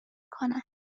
کنن